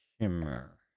shimmer